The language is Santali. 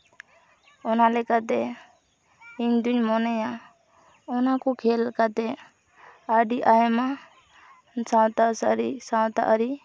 ᱚᱱᱟ ᱞᱮᱠᱟᱛᱮ ᱤᱧᱫᱩᱧ ᱢᱚᱱᱮᱭᱟ ᱚᱱᱟᱠᱚ ᱠᱷᱮᱹᱞ ᱠᱟᱛᱮ ᱟᱹᱰᱤ ᱟᱭᱢᱟ ᱥᱟᱶᱛᱟ ᱥᱟᱨᱤ ᱥᱟᱶᱛᱟ ᱟᱹᱨᱤ